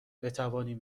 بتوانیم